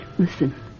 Listen